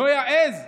לא אעז,